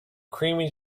creamy